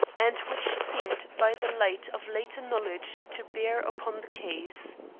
and which seemed by the light of later knowledge, to bear upon the case.